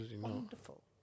wonderful